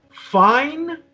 Fine